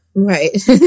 Right